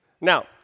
Now